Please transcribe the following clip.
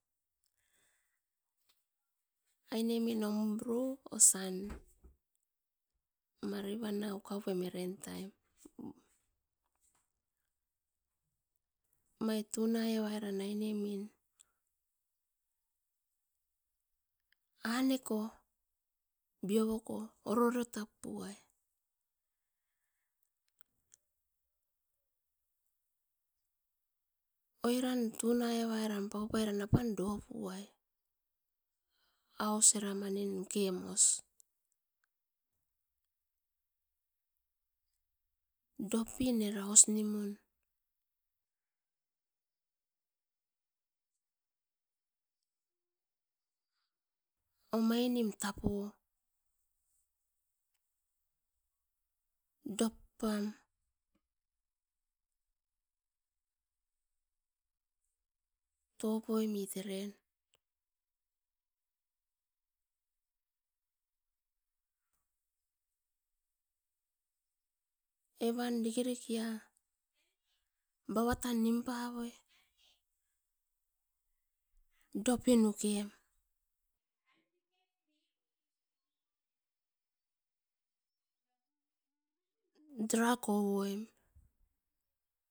Aine min hombru osan mariwana ukapuem eren taim, mai tunai aviran aine min aaneko, bioboko ororio tap puai oiran tunai avairan pau pairan apan dotap puai. Aus era manin ukem os, dopin era os nimun, omai nim tapo. Dop pam topoi mit eren, evan diki diki. A bava tan nim pavoi, dopin ukuem, drug ouoim.